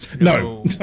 No